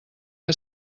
que